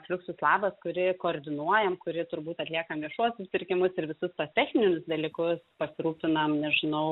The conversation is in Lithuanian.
fliuksus labas kuri koordinuojam kuri turbūt atliekam viešuosius pirkimus ir visus techninius dalykus pasirūpinam nežinau